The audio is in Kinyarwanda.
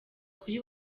kuri